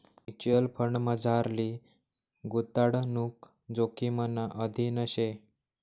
mutual फंडमझारली गुताडणूक जोखिमना अधीन शे